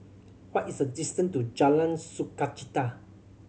what is the distance to Jalan Sukachita